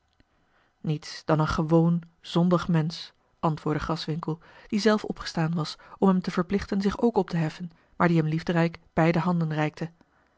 niets dan een gewoon zondig mensch antwoordde graswinckel die zelf opgestaan was om hem te verplichten zich ook op te heffen maar die hem liefderijk beide handen